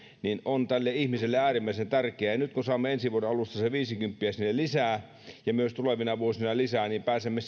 on tälle ihmiselle äärimmäisen tärkeää ja nyt kun saamme ensi vuoden alussa sen viisikymppiä sinne lisää ja myös tulevina vuosina lisää niin pääsemme